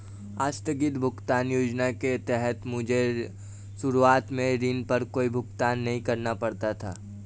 आस्थगित भुगतान योजना के तहत मुझे शुरुआत में ऋण पर कोई भुगतान नहीं करना पड़ा था